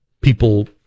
people